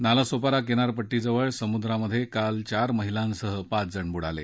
नालासोपारा किनारपट्टीजवळ समुद्रात काल चार महिलांसह पाचजण बुडाले